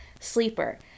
sleeper